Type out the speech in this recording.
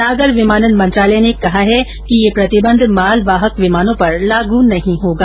नागर विमानन मंत्रालय ने कहा कि यह प्रतिबंध मालवाहक विमानों पर लागू नहीं होगा